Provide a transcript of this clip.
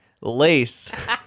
Lace